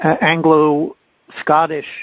Anglo-Scottish